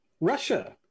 Russia